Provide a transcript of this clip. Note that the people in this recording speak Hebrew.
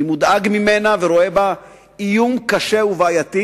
אני מודאג ממנה ורואה בה איום קשה ובעייתי,